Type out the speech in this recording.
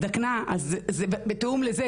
והזדקנה וזה בתיאום לזה.